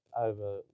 over